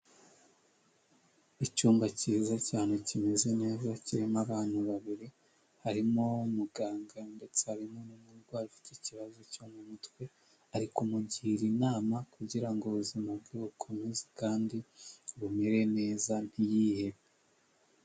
Icyumba cyiza cyane kimeze neza kirimo abantu babiri, harimo muganga ndetse harimo n'umurwayi ufite ikibazo cyo mu mutwe, ari kumugira inama kugirango ubuzima bwe bukomeze kandi bumere neza ntiyihebe.